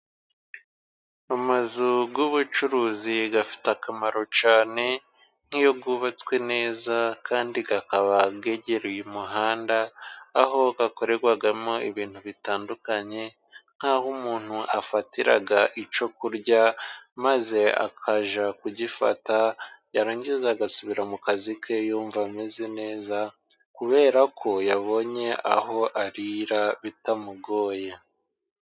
Amazu y'ubucuruzi afite akamaro cyane, nk'iyo yubatswe neza kandi akaba yegereye umuhanda, aho akorerwamo ibintu bitandukanye, nk'aho umuntu afatira icyo kurya, maze akajya kugifata yarangiza agasubira mu kazi ke yumva ameze neza, kubera ko yabonye aho arira bitamugoye.